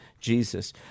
Jesus